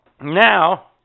now